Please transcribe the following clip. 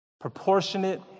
proportionate